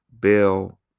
Bill